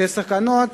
על הסכנות